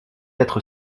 être